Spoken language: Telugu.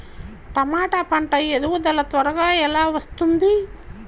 టమాట పంట ఎదుగుదల త్వరగా ఎలా వస్తుంది?